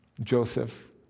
Joseph